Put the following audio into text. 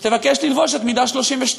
ותבקש ללבוש את מידה 32,